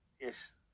yes